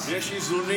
ממש יש איזונים.